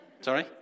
Sorry